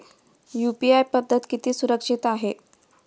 UPI पद्धत किती सुरक्षित आहे?